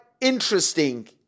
interesting